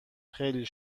خیلی